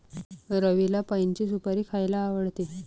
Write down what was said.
रवीला पाइनची सुपारी खायला आवडते